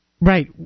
Right